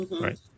right